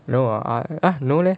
no ah I no leh